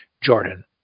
Jordan